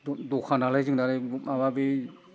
दखानालाय जोंनालाय माबा बै